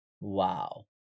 Wow